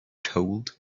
told